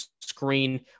screen